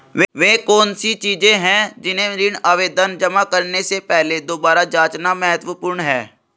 वे कौन सी चीजें हैं जिन्हें ऋण आवेदन जमा करने से पहले दोबारा जांचना महत्वपूर्ण है?